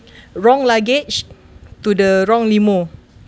wrong luggage to the wrong limo